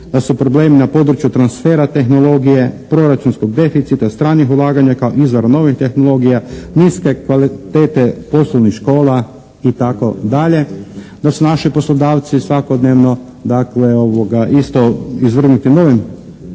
da su problemi na području transfera tehnologije, proračunskog deficita stranih ulaganja kao izvora novih tehnologija, niske kvalitete poslovnih škola itd. Da su naši poslodavci svakodnevno dakle isto izvrgnuti novim